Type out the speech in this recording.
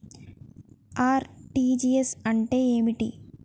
RTGS అంటే ఏమిటి?